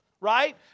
right